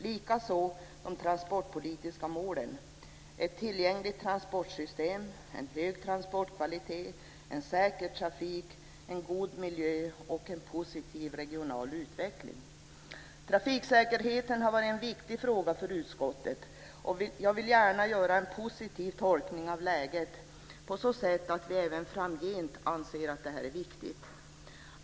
Likaså kan vi vara överens om de transportpolitiska målen, som är följande: · en hög transportkvalitet · en god miljö · en positiv regional utveckling. Trafiksäkerheten har varit en viktig fråga för utskottet. Jag vill gärna göra en positiv tolkning av läget och tro att vi även framgent kommer att anse att detta är viktigt.